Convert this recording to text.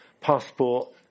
passport